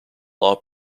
law